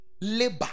labor